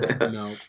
No